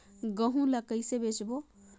गहूं ला कइसे बेचबो?